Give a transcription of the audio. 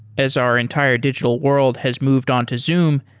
as our entire digital world has moved on to zoom,